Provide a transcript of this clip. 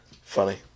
Funny